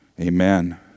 Amen